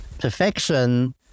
perfection